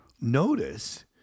notice